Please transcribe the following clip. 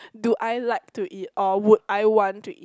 do I like to eat or would I want to eat